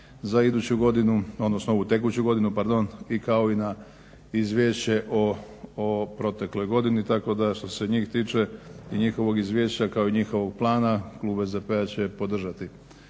za iduću godinu, odnosno ovu tekuću godinu i kao na izvješće o protekloj godini tako da što se njih tiče i njihovih izvješća, kao i njihovog plana kluba SDP-a će podržati,